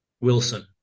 Wilson